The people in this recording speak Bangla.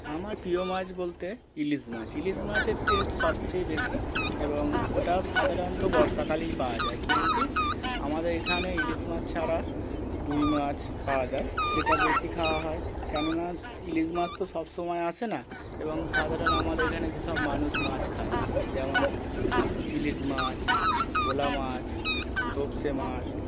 আমার প্রিয় মাছ বলতে ইলিশ মাছ ইলিশ মাছের টেস্ট সবচেয়ে বেশি এবং ওটাও সাধারণত বর্ষাকালেই পাওয়া যায় কিন্তু আমাদের এখানে ইলিশ মাছ ছাড়া রুই মাছ পাওয়া যায় সেটা বেশি খাওয়া হয় কেননা ইলিশ মাছ তো সব সময় আসে না এবং সাধারণ আমাদের এখানে যেসব মানুষ মাছ খায় যেমন ইলিশ মাছ ভোলা মাছ তপসে মাছ